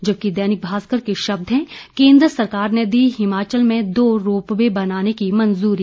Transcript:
जबकि दैनिक भास्कर के शब्द हैं केन्द्र सरकार ने दी हिमाचल में दो रोप वे बनाने की मंजूरी